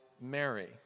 Mary